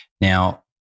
Now